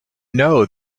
know